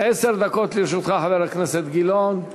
חבר הכנסת גילאון,